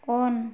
on